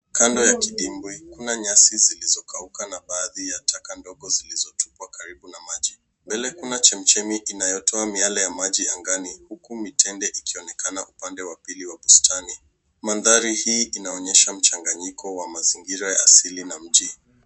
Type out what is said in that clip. Kando ya kidimbwi, kuna nyasi zilizokauka na baadhi ya taka ndogo zilizotupwa karibu na maji. Mbele kuna chemichemi inayotoa miale ya maji angani huku mitende ikionekana upande wa pili wa bustani. Mandhari hii inaonyesha mchanganyiko wa mazingira ya asili na mji.